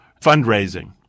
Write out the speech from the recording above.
fundraising